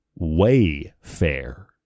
Wayfair